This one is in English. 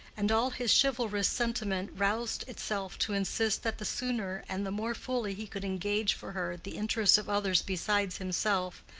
and all his chivalrous sentiment roused itself to insist that the sooner and the more fully he could engage for her the interest of others besides himself,